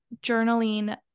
journaling